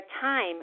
time